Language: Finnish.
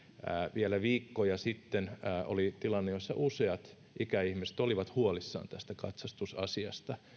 vielä viikkoja sitten oli tilanne jossa useat ikäihmiset olivat huolissaan tästä katsastusasiasta